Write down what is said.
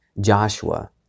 Joshua